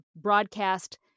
broadcast